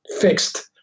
fixed